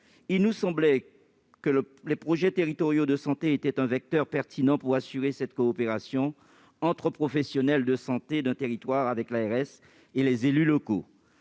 Il nous semblait que les projets territoriaux de santé étaient des vecteurs pertinents pour assumer cette coopération entre les professionnels de santé d'un territoire, l'agence régionale